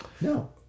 No